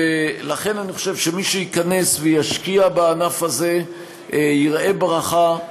לכן אני חושב שמי שייכנס וישקיע בענף הזה יראה ברכה,